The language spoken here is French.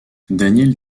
daniel